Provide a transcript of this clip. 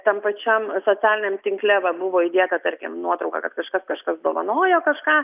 tam pačiam socialiniam tinkle va buvo įdėta tarkim nuotrauka kad kažkas kažkas dovanojo kažką